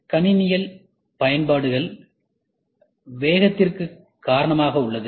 கணினிகள் பயன்பாடு வேகத்திற்குகாரணமாக உள்ளது